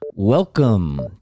Welcome